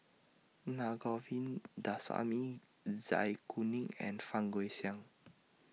Na Govindasamy Zai Kuning and Fang Guixiang